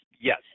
Yes